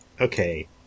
Okay